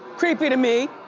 creepy to me.